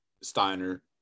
Steiner